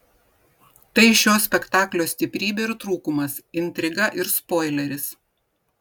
tai šio spektaklio stiprybė ir trūkumas intriga ir spoileris